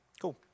Cool